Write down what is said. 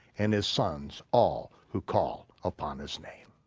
and his sons all who call upon his name.